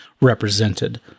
represented